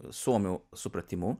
suomių supratimu